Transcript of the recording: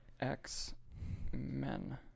X-Men